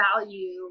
value